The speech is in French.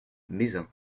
mézin